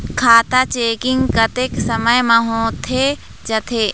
खाता चेकिंग कतेक समय म होथे जाथे?